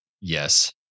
Yes